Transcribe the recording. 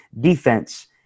Defense